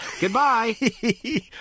goodbye